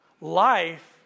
life